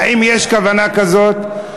האם יש כוונה כזאת?